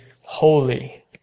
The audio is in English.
holy